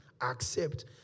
accept